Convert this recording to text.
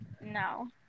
no